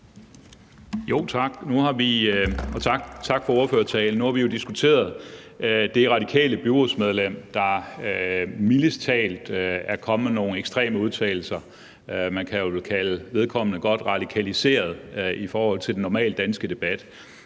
tak for ordførertalen. Nu har vi jo diskuteret det radikale byrådsmedlem, der mildest talt er kommet med nogle ekstreme udtalelser. Man kan vel kalde vedkommende godt radikaliseret i forhold til den normale danske debat.